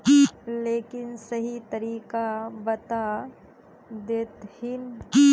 लेकिन सही तरीका बता देतहिन?